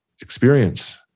experience